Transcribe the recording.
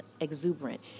exuberant